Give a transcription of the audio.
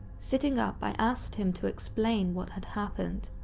sitting up, i asked him to explain what had happened.